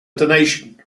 donation